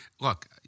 look –